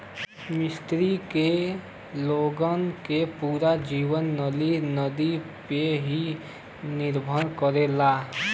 मिस्र के लोगन के पूरा जीवन नील नदी पे ही निर्भर करेला